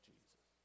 Jesus